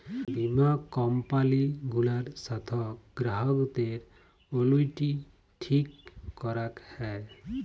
বীমা কম্পালি গুলার সাথ গ্রাহকদের অলুইটি ঠিক ক্যরাক হ্যয়